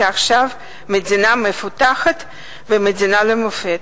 שהיא עכשיו מדינה מפותחת ומדינה למופת.